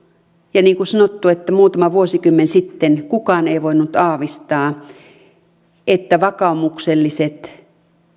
ja niin kuin sanottu muutama vuosikymmen sitten kukaan ei voinut aavistaa että vakaumukselliset